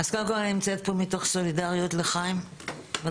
קודם כל אני נמצאת פה מתוך סולידריות לחיים ולחברים